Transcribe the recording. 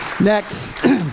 Next